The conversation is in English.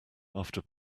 after